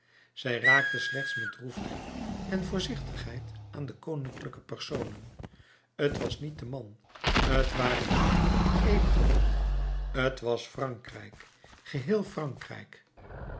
zij raakte slechts met droefheid en voorzichtig aan de koninklijke personen t was niet een man t waren niet eenige mannen t was frankrijk geheel frankrijk